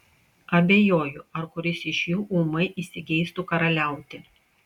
abejoju ar kuris iš jų ūmai įsigeistų karaliauti